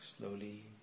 slowly